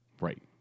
Right